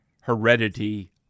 heredity